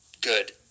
good